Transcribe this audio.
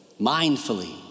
mindfully